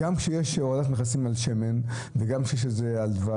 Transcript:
גם כשיש הורדת מכסים על שמן וגם כשיש על דבש